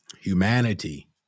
humanity